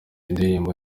indirimbo